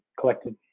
collected